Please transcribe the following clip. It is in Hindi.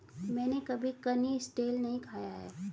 मैंने कभी कनिस्टेल नहीं खाया है